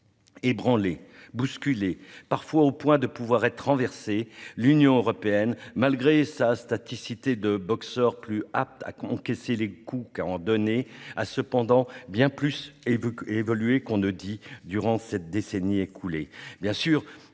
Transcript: Ébranlée, bousculée, parfois au point de pouvoir être renversée, l'Union européenne, malgré sa plasticité de boxeur plus apte à encaisser les coups qu'à en donner, a cependant bien plus évolué durant la décennie écoulée